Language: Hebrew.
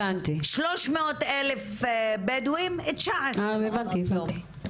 לעומת 300 אלף בדואים, 19 מעונות יום.